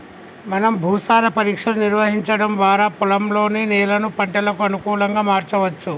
మనం భూసార పరీక్షలు నిర్వహించడం వారా పొలంలోని నేలను పంటలకు అనుకులంగా మార్చవచ్చు